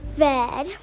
bed